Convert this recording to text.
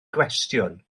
gwestiwn